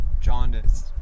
jaundice